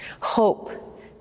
hope